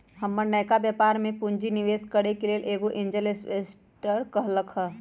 हमर नयका व्यापर में पूंजी निवेश करेके लेल एगो एंजेल इंवेस्टर कहलकै ह